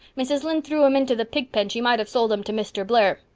mrs. lynde threw him into the pig pen she mite of sold him to mr. blair.